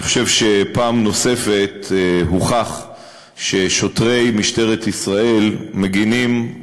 אני חושב שפעם נוספת הוכח ששוטרי משטרת ישראל מגינים,